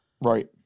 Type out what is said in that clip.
Right